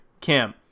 Kim